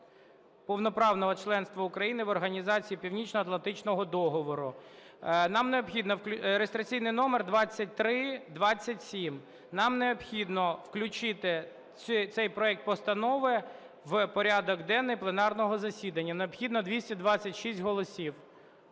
повноправного членства України в Організації Північноатлантичного договору" (реєстраційний номер 2327). Нам необхідно включити цей проект постанови в порядок денний пленарного засідання. Необхідно 226 голосів.